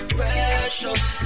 Precious